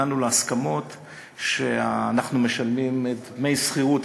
הגענו להסכמות שאנחנו משלמים דמי שכירות